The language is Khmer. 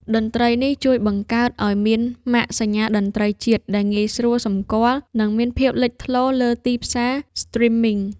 តន្ត្រីនេះជួយបង្កើតឱ្យមាន ម៉ាកសញ្ញាតន្ត្រីជាតិ ដែលងាយស្រួលសម្គាល់ និងមានភាពលេចធ្លោលើទីផ្សារស្ទ្រីមមីង។